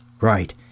Right